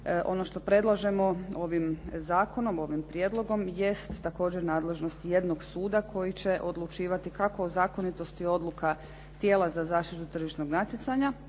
ono što predlažemo ovim zakonom, ovim prijedlogom jest također nadležnost jednog suda koji će odlučivati kako o zakonitosti odluka tijela za zaštitu tržišnog natjecanja,